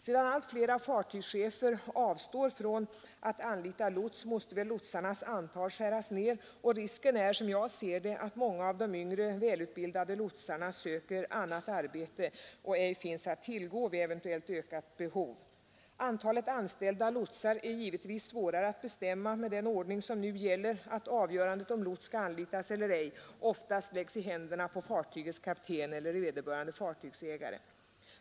Sedan allt flera fartygschefer börjat avstå från att anlita lots, måste lotsarnas antal skäras ned, och risken är — som jag ser saken — att många av de yngre, välutbildade lotsarna söker annat arbete och ej finns att tillgå vid ett eventuellt ökat behov. Det erforderliga antalet anställda lotsar är givetvis svårare att bestämma med den ordning som nu gäller, dvs. när frågan om huruvida lots skall anlitas eller ej oftast läggs i händerna på fartygets kapten eller vederbörande fartygs ägare.